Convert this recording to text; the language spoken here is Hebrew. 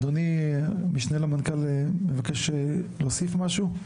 אדוני משנה למנכ"ל מבקש להוסיף משהו?